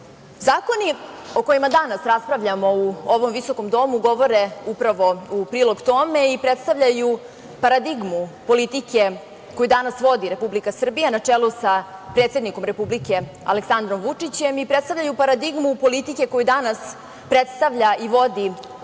o kojima danas raspravljamo u ovom visokom Domu govore upravo u prilog tome i predstavljaju paradigmu politike koju danas vodi Republika Srbija na čelu sa predsednikom Republike Aleksandrom Vučićem i predstavljaju paradigmu politike koju danas predstavlja i vodi Srpska